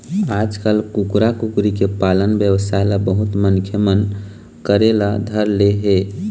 आजकाल कुकरा, कुकरी के पालन बेवसाय ल बहुत मनखे मन करे ल धर ले हे